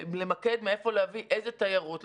מאיפה להביא איזו תיירות,